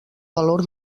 valor